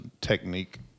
technique